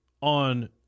on